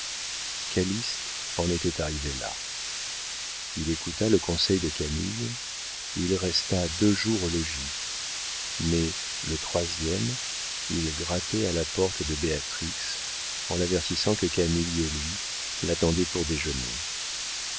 horribles calyste en était arrivé là il écouta le conseil de camille il resta deux jours au logis mais le troisième il grattait à la porte de béatrix en l'avertissant que camille et lui l'attendaient pour déjeuner